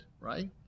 right